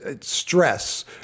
stress